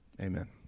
Amen